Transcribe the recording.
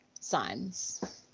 signs